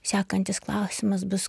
sekantis klausimas bus